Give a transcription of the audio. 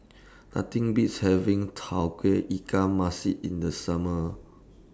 Nothing Beats having Tauge Ikan Masin in The Summer